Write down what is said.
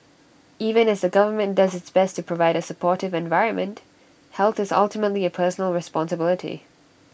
even as the government does its best to provide A supportive environment health is ultimately A personal responsibility